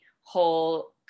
whole